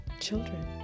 children